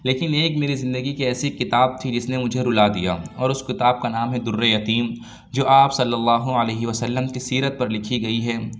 لیکن ایک میری زندگی کی ایسی کتاب تھی جس نے مجھے رُلا دیا اور اُس کتاب کا نام ہے دُرِّ یتیم جو آپ صلی اللہ علیہ وسلیم کی سیرت پر لکھی گئی ہے